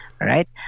right